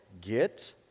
get